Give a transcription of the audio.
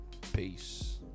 Peace